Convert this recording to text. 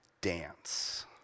dance